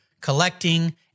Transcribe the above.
collecting